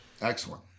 Excellent